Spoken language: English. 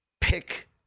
pick